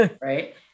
Right